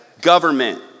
Government